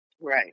Right